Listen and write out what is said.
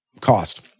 cost